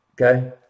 Okay